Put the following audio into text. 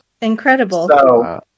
Incredible